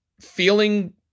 feeling